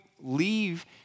leave